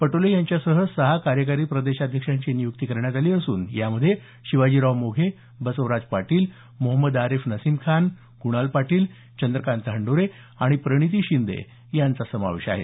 पटोले यांच्यासह सहा कार्यकारी प्रदेशाध्यक्षांची नियुक्ती करण्यात आली असून यामध्ये शिवाजीराव मोघे बसवराज पाटील मोहमद आरिफ नासीम खान क्णाल पाटील चंद्रकांत हंडोरे आणि प्रणिती शिंदे यांचा समावेश आहे